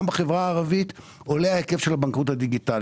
גם בחברה הערבית עולה ההיקף של הבנקאות הדיגיטלית.